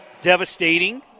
devastating